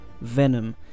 Venom